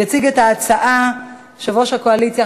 יציג את ההצעה יושב-ראש הקואליציה,